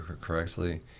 correctly